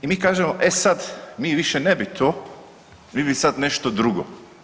I mi kažemo, e sad mi više ne bi to, mi bi sad nešto drugo.